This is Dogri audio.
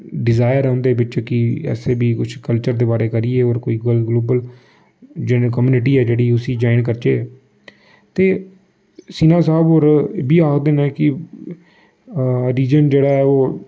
डिजायर ऐ उं'दे बिच्च कि असें बी कुछ कल्चर दे बारे करियै होर कोई ग्लोबल जेह्ड़ी कम्युनिटी ऐ जेह्ड़ी उसी ज्वाइन करचै ते सिन्हा साह्ब होर इब्बी आखदे न कि रीजन जेह्ड़ा ऐ ओह्